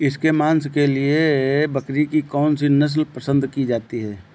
इसके मांस के लिए बकरी की कौन सी नस्ल पसंद की जाती है?